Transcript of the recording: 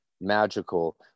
magical